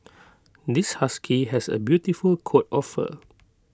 this husky has A beautiful coat of fur